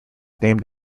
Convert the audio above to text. named